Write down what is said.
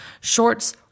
Shorts